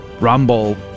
Rumble